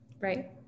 right